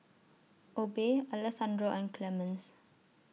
Obe Alessandro and Clemence